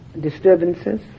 disturbances